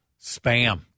Spam